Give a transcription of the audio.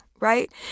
right